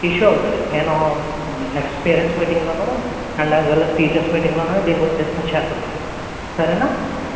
issue అవుతుంది నేను next parents మీటింగ్లోనూ and as well as teachers మీటింగ్లోనూ దీని గురించి డిస్కస్ చేద్దాములే సరే నా